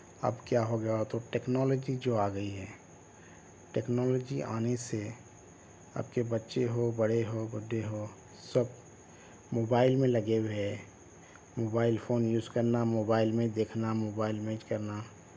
اب کیا ہوگیا تو ٹیکنالوجی جو آ گئی ہے ٹیکنالوجی آنے سے اب کے بچے ہو بڑے ہو بوڑھے ہو سب موبائل میں لگے ہوئے ہے موبائل فون یوز کرنا موبائل میں دیکھنا موبائل میچ کرنا